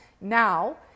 Now